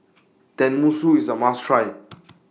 Tenmusu IS A must Try